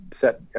set